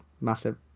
massive